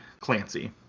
Clancy